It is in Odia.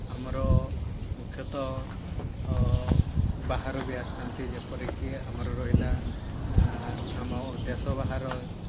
ଆମର ମୁଖ୍ୟତଃ ବାହାରୁ ବି ଆସିଥାନ୍ତି ଯେପରିକି ଆମର ରହିଲା ଆମ ଦେଶ ବାହାର